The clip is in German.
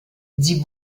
sie